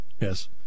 Yes